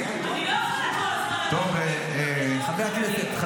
אני לא יכולה כל הזמן להביא חוקים.